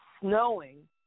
snowing